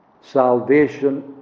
Salvation